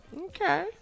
Okay